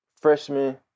freshman